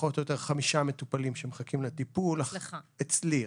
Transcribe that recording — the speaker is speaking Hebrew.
חמישה מטופלים שמחכים לטיפול רק אצלי.